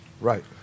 Right